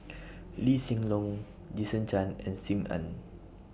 Lee Hsien Loong Jason Chan and SIM Ann